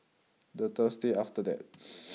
the Thursday after that